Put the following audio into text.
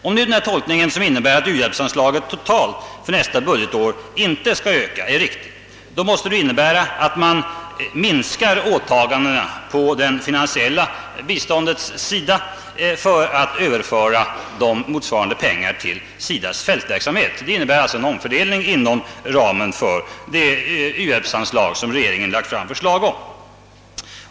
Om nu tolkningen att u-hjälpsanslaget för nästa budgetår totalt seit inte skall öka är riktigt, så måste det innebära att man minskar åtagandena inom det finansiella biståndets ram för att överföra motsvarande pengar = till SIDA:s fältverksamhet. Man gör alltså en omfördelning inom ramen för det uhjälpsanslag som regeringen lagt fram förslag om.